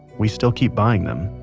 we still keep buying them,